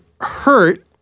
hurt